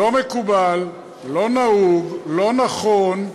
לא מקובל, לא נהוג, לא נכון,